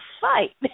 fight